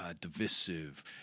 divisive